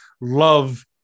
love